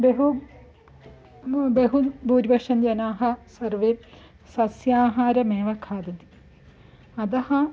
बहु बहु बूर्बश्शन् जनाः सर्वे सस्याहारमेव खादन्ति अतः